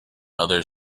other